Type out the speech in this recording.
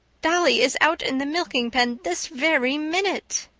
dolly is out in the milking pen this very minute.